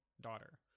daughter